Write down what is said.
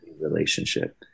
relationship